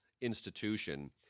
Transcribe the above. institution